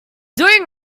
doing